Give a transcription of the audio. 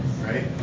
Right